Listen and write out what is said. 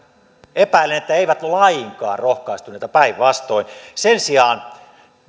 epäilen että eivät lainkaan rohkaistuneita päinvastoin sen sijaan